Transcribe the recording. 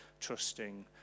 trusting